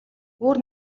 өөр